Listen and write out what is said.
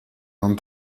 non